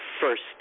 first